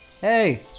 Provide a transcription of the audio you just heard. Hey